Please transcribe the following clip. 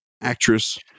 actress